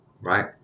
right